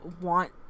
want